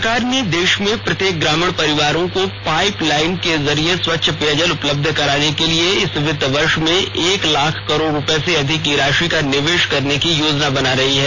सरकार देश में प्रत्येक ग्रामीण परिवार को पाइप लाइनों के जरिए स्वच्छ पेयजल उपलब्ध कराने के लिए इस वित्त वर्ष में एक लाख करोड़ रुपये से अधिक की राशि का निवेश करने की योजना बना रही है